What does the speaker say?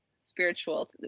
spiritual